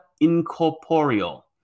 incorporeal